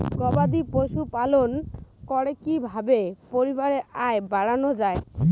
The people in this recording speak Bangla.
গবাদি পশু পালন করে কি কিভাবে পরিবারের আয় বাড়ানো যায়?